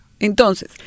Entonces